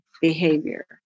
behavior